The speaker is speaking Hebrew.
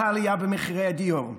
והעלייה במחירי הדיור.